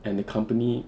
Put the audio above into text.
and the company